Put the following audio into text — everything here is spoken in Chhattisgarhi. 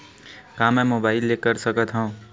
का मै मोबाइल ले कर सकत हव?